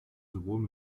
sowohl